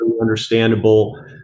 understandable